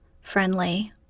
friendly